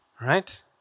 Right